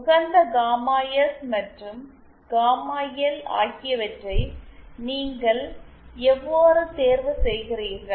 உகந்த gamma S மற்றும் gamma L ஆகியவற்றை நீங்கள் எவ்வாறு தேர்வு செய்கிறீர்கள்